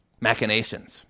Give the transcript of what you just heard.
machinations